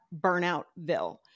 Burnoutville